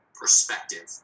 perspective